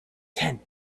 tenth